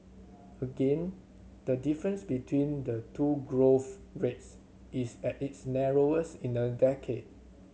again the difference between the two growth rates is at its narrowest in a decade